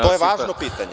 To je važno pitanje.